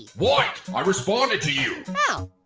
what? i'm responding to you. oh,